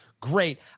great